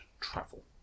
travel